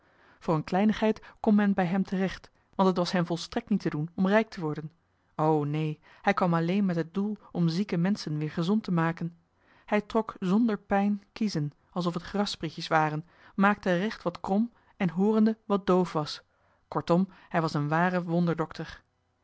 voor eene kleinigheid kon men bij hem terecht want het was hem volstrekt niet te doen om rijk te worden o neen hij kwam alleen met het doel om zieke menschen weer gezond te maken hij trok zonder pijn kiezen alsof het grassprietjes waren maakte recht wat krom en hoorende wat doof was kortom hij was een ware